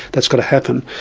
that's got to happen,